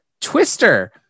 twister